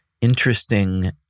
interesting